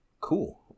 cool